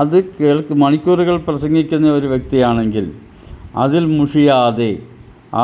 അത് കേൾക്കുന്ന മണിക്കൂറുകൾ പ്രസംഗിക്കുന്ന ഒരു വ്യക്തിയാണെങ്കിൽ അതിൽ മുഷിയാതെ